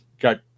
got